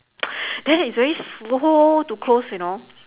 then it's very slow to close you know